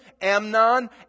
Amnon